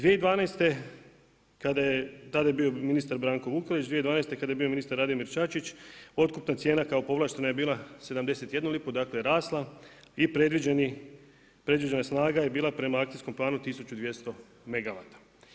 2012. kada je tada bio ministar Branko Vukelić, 2012. kada je bio ministar Radimir Čačić, otkupna cijena kao povlaštena je bila 71 lipa, dakle rasla, i predviđena snaga je bila prema akcijskom planu 1200 megavata.